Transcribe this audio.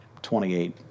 28